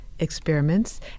experiments